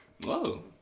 Whoa